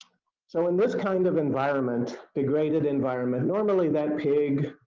so in this kind of environment, degraded environment, normally that pig,